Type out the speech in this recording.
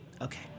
Okay